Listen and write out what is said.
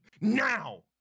now